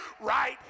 right